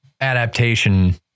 adaptation